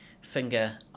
finger